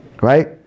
Right